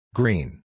green